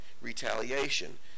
retaliation